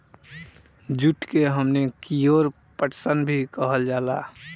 जुट के हमनी कियोर पटसन भी कहल जाला